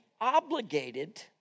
obligated